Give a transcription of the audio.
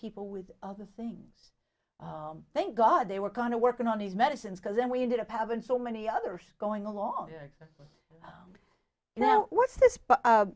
people with other things thank god they were kind of working on these medicines because then we ended up having so many others going along now what's this